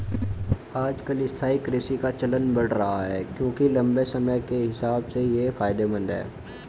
आजकल स्थायी कृषि का चलन बढ़ रहा है क्योंकि लम्बे समय के हिसाब से ये फायदेमंद है